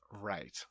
Right